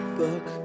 book